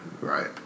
Right